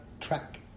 track